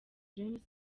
james